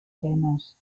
penes